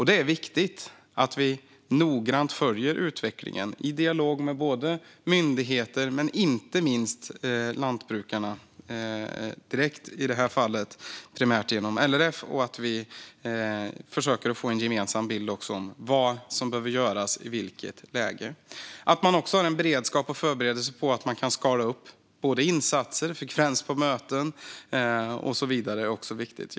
Det är viktigt att vi noga följer utvecklingen i dialog med myndigheter men inte minst med lantbrukarna direkt i detta fall, primärt genom LRF, och att vi försöker få en gemensam bild av vad som behöver göras i vilket läge. Man har också en beredskap och förberedelse för att kunna skala upp insatser, frekvens på möten och så vidare, vilket är viktigt.